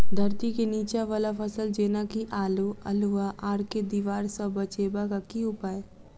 धरती केँ नीचा वला फसल जेना की आलु, अल्हुआ आर केँ दीवार सऽ बचेबाक की उपाय?